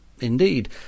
Indeed